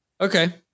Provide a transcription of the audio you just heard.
Okay